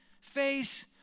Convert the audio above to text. face